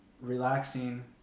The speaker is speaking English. relaxing